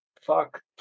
fuck